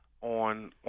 on